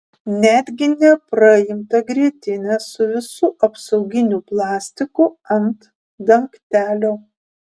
netgi nepraimtą grietinę su visu apsauginiu plastiku ant dangtelio